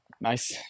nice